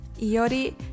Iori